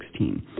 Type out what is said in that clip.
2016